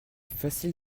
facile